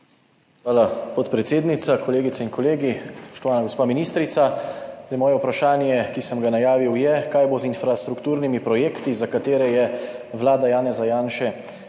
Hvala, podpredsednica. Kolegice in kolegi, spoštovana gospa ministrica! Vprašanje, ki sem ga najavil, je: Kaj bo z infrastrukturnimi projekti, za katere je vlada Janeza Janše